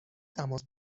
تماس